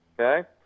Okay